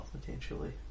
potentially